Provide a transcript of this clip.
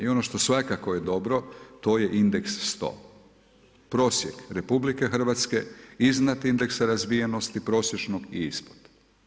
I ono što je svakako dobro, to je indeks 100, prosjek RH iznad indeksa razvijenosti prosječnog i ispod.